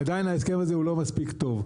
עדיין ההסכם הזה לא מספיק טוב.